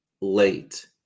late